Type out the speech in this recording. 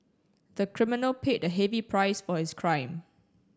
the criminal paid a heavy price for his crime